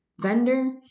vendor